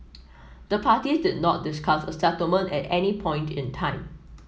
the parties did not discuss a settlement at any point in time